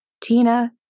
Tina